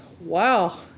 wow